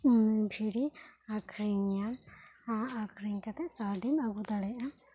ᱵᱷᱤᱰᱤ ᱟᱹᱠᱷᱨᱤᱧ ᱮᱭᱟ ᱥᱮ ᱵᱷᱤᱰᱤ ᱟᱠᱷᱨᱤᱧ ᱠᱟᱛᱮᱜ ᱠᱟᱹᱣᱰᱤᱢ ᱟᱹᱜᱩ ᱫᱟᱲᱮᱭᱟᱜ ᱟ